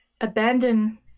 abandon